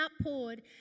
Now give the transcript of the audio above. outpoured